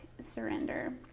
surrender